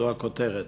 זאת הכותרת.